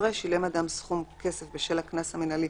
שילם אדם סכום כסף בשל הקנס המינהלי